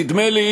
נדמה לי,